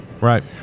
right